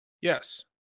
Yes